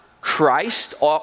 Christ